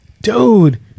Dude